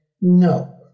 no